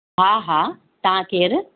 हा हा तव्हां केरु